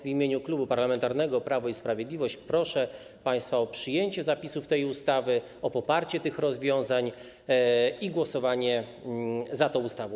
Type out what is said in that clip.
W imieniu Klub Parlamentarnego Prawo i Sprawiedliwość proszę państwa o przyjęcie zapisów tej ustawy, poparcie tych rozwiązań i głosowanie za tą ustawą.